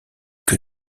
que